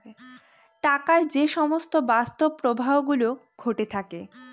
টাকার যে সমস্ত বাস্তব প্রবাহ গুলো ঘটে থাকে